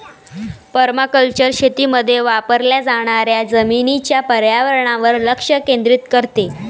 permaculture शेतीमध्ये वापरल्या जाणाऱ्या जमिनीच्या पर्यावरणावर लक्ष केंद्रित करते